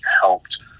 helped